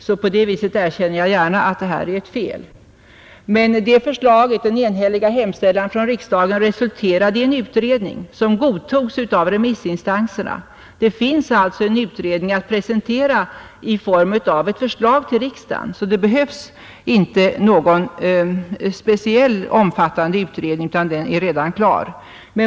På det viset erkänner jag gärna att det är ett fel. Men den enhälliga hemställan från riksdagen resulterade i en utredning, som godtogs av remissinstanserna. Det finns alltså en utredning att presentera i form av ett förslag till riksdagen. Det behövs inte någon ny omfattande utredning, utan den är redan klar.